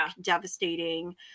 devastating